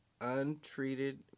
Untreated